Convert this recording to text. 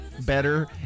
better